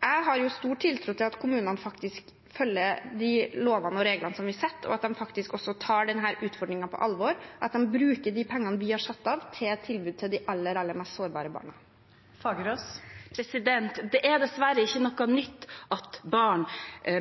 Jeg har stor tiltro til at kommunene faktisk følger de lover og regler vi fastsetter, og at de også tar denne utfordringen på alvor og bruker de pengene vi har satt av, til tilbud til de aller mest sårbare barna. Mona Fagerås – til oppfølgingsspørsmål. Det er dessverre ikke noe nytt at barn